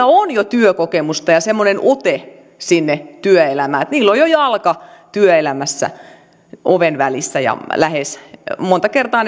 on jo työkokemusta ja semmoinen ote sinne työelämään heillä on jo jalka työelämässä oven välissä ja monta kertaa